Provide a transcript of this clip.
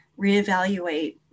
reevaluate